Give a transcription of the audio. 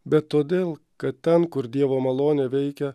bet todėl kad ten kur dievo malonė veikia